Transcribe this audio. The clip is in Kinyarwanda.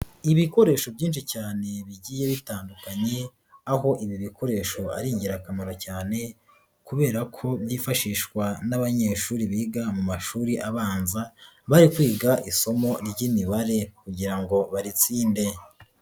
Ibikoresho byinshi cyane bigiye bitandukanye, aho ibi bikoresho ari ingirakamaro cyane kubera ko byifashishwa n'abanyeshuri biga mu mashuri abanza, bari kwiga isomo ry'imibare kugira ngo baritsinde.